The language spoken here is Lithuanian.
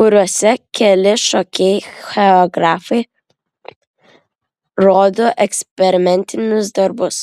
kuriuose keli šokėjai choreografai rodo eksperimentinius darbus